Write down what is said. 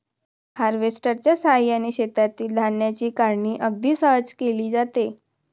हार्वेस्टरच्या साहाय्याने शेतातील धान्याची काढणी अगदी सहज केली जाते